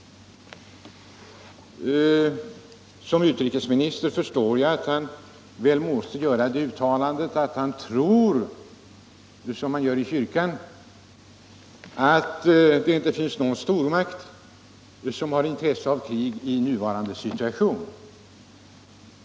Jag förstår att en utrikesminister väl måste göra det uttalandet att han tror — som man gör i kyrkan — att det inte finns någon stormakt som har intresse av krig i nuvarande situation.